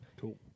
Cool